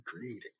created